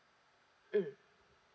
mm